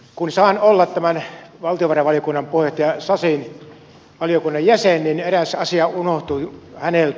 kun saan olla tämän valtiovarainvaliokunnan puheenjohtaja sasin valiokunnan jäsen niin eräs asia unohtui häneltä